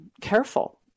careful